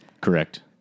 Correct